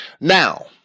Now